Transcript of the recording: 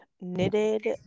knitted